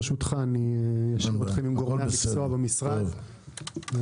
ברשותך אני אשאיר אתכם עם גורמי המקצוע במשרד ובהצלחה.